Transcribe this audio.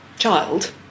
Child